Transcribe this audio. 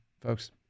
folks